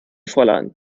fräulein